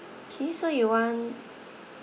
okay so you want